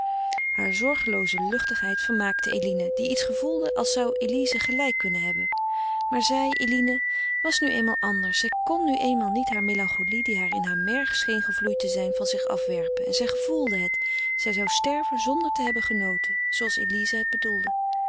hare zorgelooze luchtigheid vermaakte eline die iets gevoelde als zou elize gelijk kunnen hebben maar zij eline was nu eenmaal anders zij kon nu eenmaal niet hare melancholie die haar in heur merg scheen gevloeid te zijn van zich afwerpen en zij gevoelde het zij zou sterven zonder te hebben genoten zooals elize het bedoelde